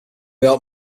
help